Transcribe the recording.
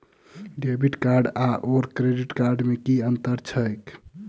Debit card आओर credit card मे की अन्तर छैक?